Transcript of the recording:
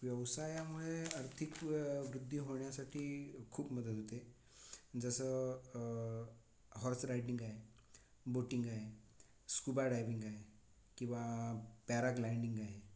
व्यवसायामुळे आर्थिक वृद्धी होण्यासाठी खूप मदत होते जसं हॉर्स रायडींग आहे बोटींग आहे स्कुबा डायविंग आहे किंवा पॅराग्लायंडींग आहे